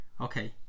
okay